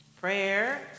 prayer